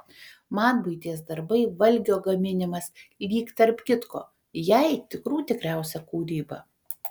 man buities darbai valgio gaminimas lyg tarp kitko jai tikrų tikriausia kūryba